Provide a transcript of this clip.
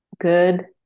good